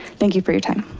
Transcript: thank you for your time.